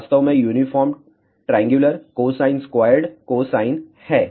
जो वास्तव में uniform triangular cosine squared cosine है